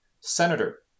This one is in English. senator